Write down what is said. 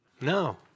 No